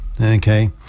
Okay